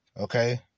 okay